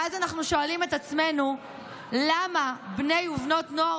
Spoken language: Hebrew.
ואז אנחנו שואלים את עצמנו למה בני ובנות נוער